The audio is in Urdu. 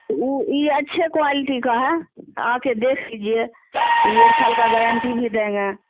او ای اچھے کوالٹی کا ہے آ کے دیکھ لیجیے ایک سال کا گارنٹی بھی دیں گے